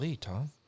Tom